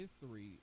history